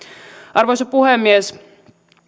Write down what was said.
arvoisa puhemies